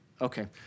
Okay